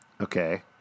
Okay